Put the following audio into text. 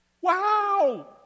wow